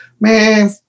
man